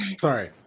Sorry